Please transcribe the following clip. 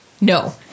No